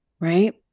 right